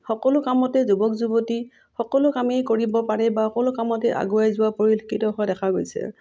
সকলো কামতে যুৱক যুৱতী সকলো কামেই কৰিব পাৰে বা সকলো কামতেই আগুৱাই যোৱা পৰিলক্ষিত হোৱা দেখা গৈছে